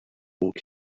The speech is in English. old